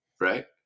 right